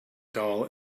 dull